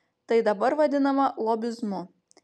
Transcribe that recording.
tai dabar vadinama lobizmu